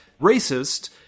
racist